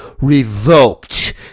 revoked